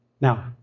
Now